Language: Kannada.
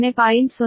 02 j0